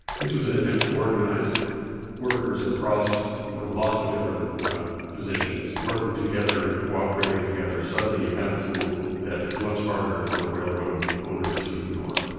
which was an attempt to organize workers across, you know, lots of different positions working together and cooperating together. suddenly, you have a tool that it's much harder for the railroad owners to ignore